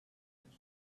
its